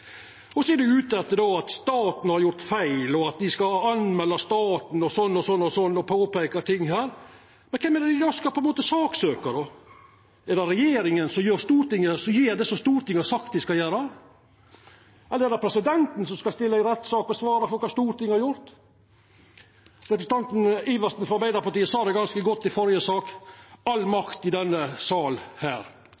Så er dei ute og seier at staten har gjort feil, og at dei skal melda staten slik og slik, og påpeikar ting her. Men kven er det dei skal saksøkja? Er det regjeringa, som gjer det som Stortinget har sagt dei skal gjera? Eller er det presidenten som skal stilla i rettssak og svara for kva Stortinget har gjort? Representanten Sivertsen frå Arbeidarpartiet sa det ganske godt i den førre